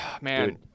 man